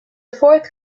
fourth